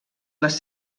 les